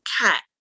cat